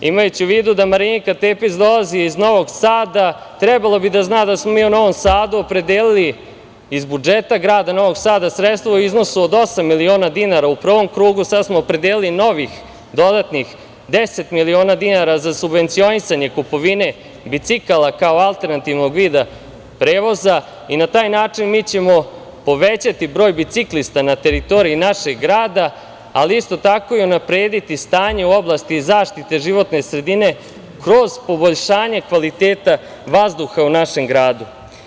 Imajući u vidu da Marinika Tepić dolazi iz Novog Sada, trebalo bi da zna da smo mi u Novom Sadu opredelili iz budžeta grada Novog Sada sredstava u iznosu od osam miliona dinara u prvom krugu, sada smo opredelili novih dodatnih deset miliona dinara za subvencionisanje kupovine bicikala kao alternativnog vida prevoza i na taj način mi ćemo povećati broj biciklista na teritoriji našeg grada, ali isto tako i unaprediti stanje u oblasti zaštite životne sredine kroz poboljšanje kvaliteta vazduha u našem gradu.